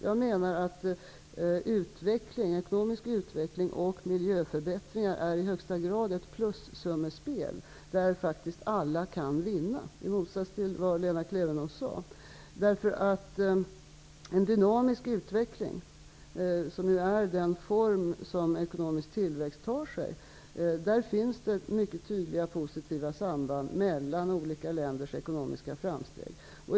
Jag menar att ekonomisk utveckling och miljöförbättringar i högsta grad är ett plussummespel, där alla faktiskt kan vinna, i motsats till vad Lena Klevenås sade. I en dynamisk utveckling, som är den form som ekonomisk tillväxt tar sig, finns det mycket tydliga positiva samband mellan olika länders ekonomiska framsteg.